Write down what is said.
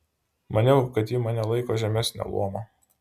maniau kad ji mane laiko žemesnio luomo